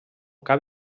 cap